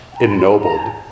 ennobled